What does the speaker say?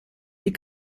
die